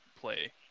play